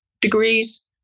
degrees